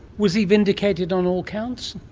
was he vindicated on all counts?